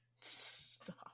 Stop